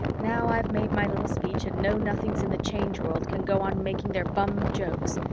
now i've made my little speech and know-nothings in the change world can go on making their bum jokes.